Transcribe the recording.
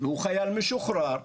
והוא חייל משוחרר,